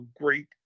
great